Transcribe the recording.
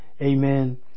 Amen